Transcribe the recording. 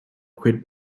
quit